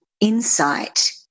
insight